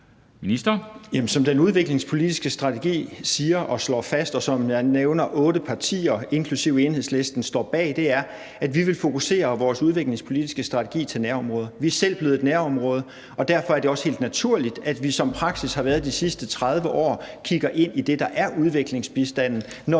som den udviklingspolitiske strategi siger og slår fast, og som jeg nævner, at otte partier inklusive Enhedslisten står bag, er, at vi vil fokusere vores udviklingspolitiske strategi på nærområder. Vi er selv blevet nærområde, og derfor er det også helt naturligt, at vi – som praksis har været de sidste 30 år – kigger ind i det, der er udviklingsbistanden, når